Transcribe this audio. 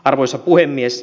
arvoisa puhemies